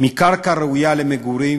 מקרקע ראויה למגורים,